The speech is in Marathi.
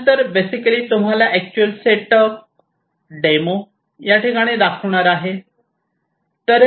यानंतर बेसिकली तुम्हाला अॅक्च्युअल सेट अप डेमो याठिकाणी दाखवणार आहे